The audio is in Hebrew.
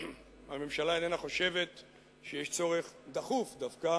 הממשלה איננה חושבת שיש צורך דחוף דווקא